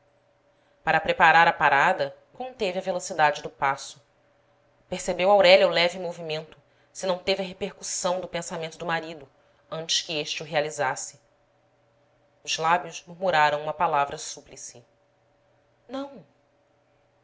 para preparar a parada conteve a velocidade do passo percebeu aurélia o leve movimento se não teve a repercussão do pensamento do marido antes que este o realizasse os lábios murmuraram uma palavra súplice não